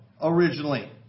originally